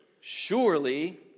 Surely